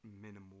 minimal